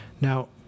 Now